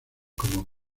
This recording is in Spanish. como